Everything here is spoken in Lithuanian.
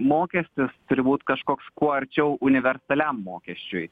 mokestis turi būt kažkoks kuo arčiau universaliam mokesčiui